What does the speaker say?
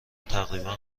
تقریبا